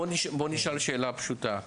בוא נשאל שאלה פשוטה.